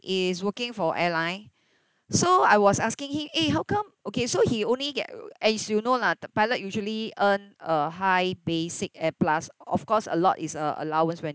is working for airline so I was asking him eh how come okay so he only get as you know lah the pilot usually earn a high basic and plus of course a lot is uh allowance when